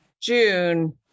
June